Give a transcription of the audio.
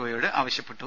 ഓയോട് ആവശ്യപ്പെട്ടു